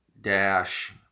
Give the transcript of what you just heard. Dash